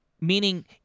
Meaning